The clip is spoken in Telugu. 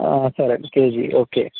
సరేండి కేజీ ఓకే